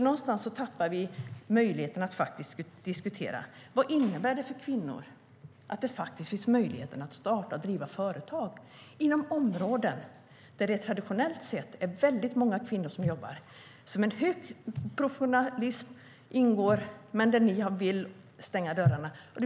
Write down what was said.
Någonstans tappar vi möjligheten att diskutera vad det innebär för kvinnor att det finns möjlighet att starta och driva företag inom områden där det traditionellt sett är väldigt många kvinnor som jobbar och där en hög professionalism ingår. Där vill ni stänga dörrarna.